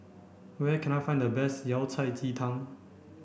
where can I find the best Yao Cai Ji Tang